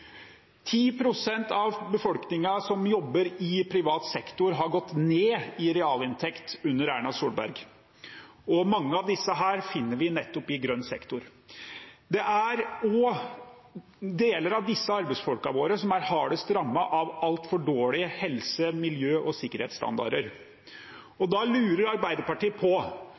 av de sysselsatte som jobber i privat sektor, har gått ned i realinntekt under Erna Solberg, og mange av disse finner vi nettopp i grønn sektor. Det er også deler av disse arbeidsfolkene våre som er hardest rammet av altfor dårlige helse-, miljø- og sikkerhetsstandarder, og da lurer Arbeiderpartiet på: